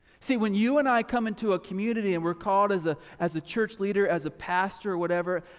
see when you and i come into a community and we're called as ah as a church leader, as a pastor or whatever,